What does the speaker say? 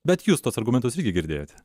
bet jūs tuos argumentus irgi girdėjote